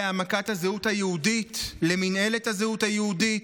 להעמקת הזהות היהודית, למינהלת הזהות היהודית,